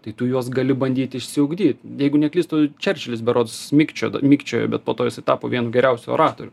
tai tu juos gali bandyti išsiugdyt jeigu neklystu čerčilis berods mikčiod mikčiojo bet po to jis tapo vienu geriausių oratorių